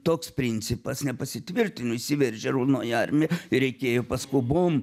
toks principas nepasitvirtino įsiveržė raudonoji armija ir reikėjo paskubom